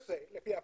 כן.